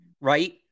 right